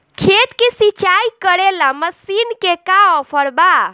खेत के सिंचाई करेला मशीन के का ऑफर बा?